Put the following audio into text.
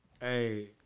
Hey